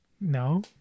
No